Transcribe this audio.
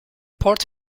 port